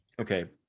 okay